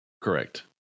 Correct